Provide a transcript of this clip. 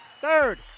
third